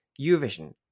Eurovision